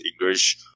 English